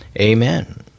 Amen